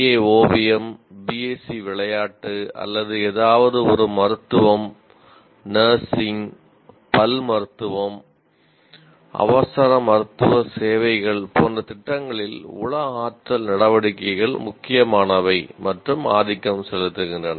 ஏ theatre பல் மருத்துவம் அவசர மருத்துவ சேவைகள் போன்ற திட்டங்களில் உள ஆற்றல் நடவடிக்கைகள் முக்கியமானவை மற்றும் ஆதிக்கம் செலுத்துகின்றன